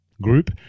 group